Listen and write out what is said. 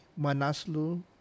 Manaslu